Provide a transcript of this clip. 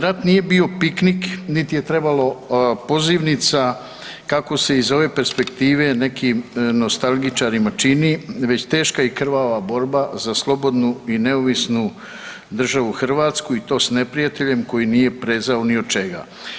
Rat nije bio piknik, niti je trebalo pozivnica kako se iz ove perspektive nekim nostalgičarima čini već teška i krvava borba za slobodnu i neovisnu državu Hrvatsku i to sa neprijateljem koji nije prezao ni od čega.